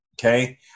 okay